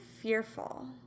fearful